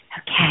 Okay